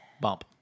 Bump